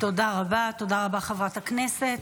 תודה רבה, חברת הכנסת.